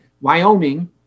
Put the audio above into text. Wyoming